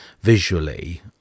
visually